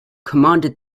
commanded